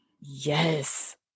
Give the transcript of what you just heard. Yes